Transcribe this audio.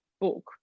book